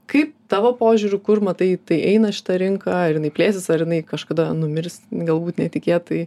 kaip tavo požiūriu kur matai tai eina šita rinka ar jinai plėsis ar jinai kažkada numirs galbūt netikėtai